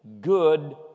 good